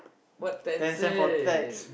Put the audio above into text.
what tent say